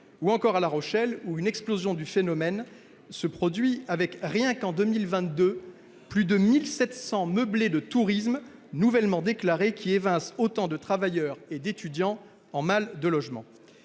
de séjour ; à La Rochelle, le phénomène explose, avec, rien qu'en 2022, plus de 1 700 meublés de tourisme nouvellement déclarés qui évincent autant de travailleurs et d'étudiants en mal de logement.